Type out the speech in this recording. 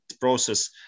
process